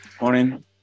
Morning